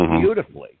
beautifully